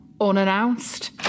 unannounced